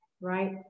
right